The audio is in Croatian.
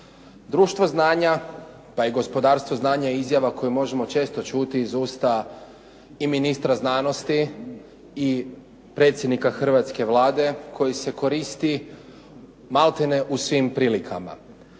Društvo znanja pa i gospodarstvo znanja je izjava koju možemo često čuti iz usta i ministra znanosti i predsjednika hrvatske Vlade, koji se koristi malterne u svim prilikama.